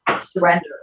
surrender